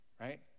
right